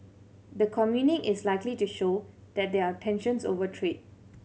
the communique is likely to show that there are tensions over trade